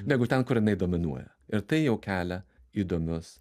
negu ten kur jinai dominuoja ir tai jau kelia įdomius